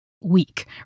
weak